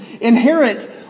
inherit